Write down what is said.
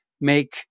make